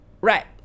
right